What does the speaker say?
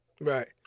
Right